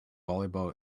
volleyball